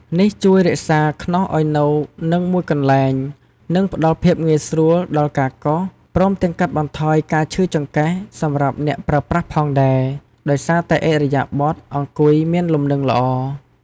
នេះជួយរក្សាខ្នោសឲ្យនៅនឹងមួយកន្លែង និងផ្តល់ភាពងាយស្រួលដល់ការកោស ព្រមទាំងកាត់បន្ថយការឈឺចង្កេះសម្រាប់អ្នកប្រើប្រាស់ផងដែរ ដោយសារតែឥរិយាបថអង្គុយមានលំនឹងល្អ។